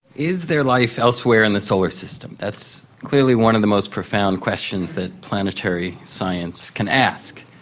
is there life elsewhere in the solar system? that's clearly one of the most profound questions that planetary science can ask.